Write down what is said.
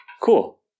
Cool